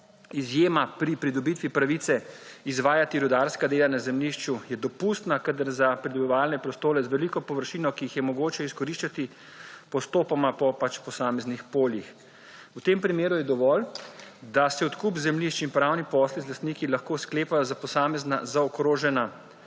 izjema pri pridobitvi pravice izvajati rudarska dela na zemljišču je dopustna, kadar za pridobivalne prostore z veliko površino, ki jih je mogoče izkoriščati postopoma po posameznih poljih. V tem primeru je dovolj, da se odkup zemljišč in pravni **2. TRAK: (VP) 9.05** (nadaljevanje) posli z lastniki lahko sklepajo za posamezna zaokrožena